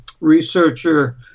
researcher